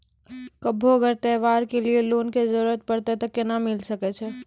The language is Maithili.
कभो अगर त्योहार के लिए लोन के जरूरत परतै तऽ केना मिल सकै छै?